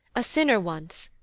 a sinner once,